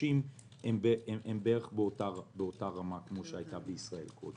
ההפרשים הם בערך באותה רמה כמו בישראל.